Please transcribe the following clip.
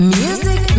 music